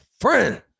friend